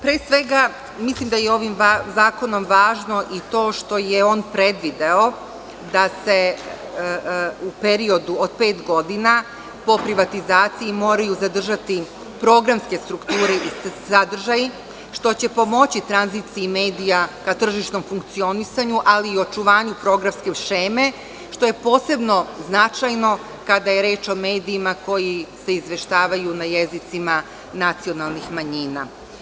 Pre svega mislim da je ovim zakonom važno i to što je on predvideo da se u periodu od pet godina po privatizaciji moraju zadržati programske strukture i sadržaji, što će pomoći tranziciji medija ka tržišnom funkcionisanju, ali i očuvanju programske šeme što je posebno značajno kada je reč o medijima koji se izveštavaju na jezicima nacionalnih manjina.